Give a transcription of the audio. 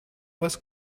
was